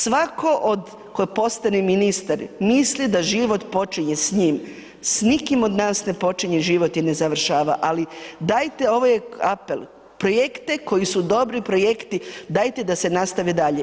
Svatko od koje postaje ministar, misli da život počinje s njim, s nikim od nas ne počinje život i ne završava, ali dajte ovo je apel, projekte koji su dobri, projekti, dajte da se nastavlja dalje.